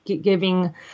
giving